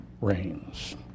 reigns